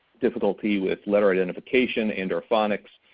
difficulty with letter identification and or phonics,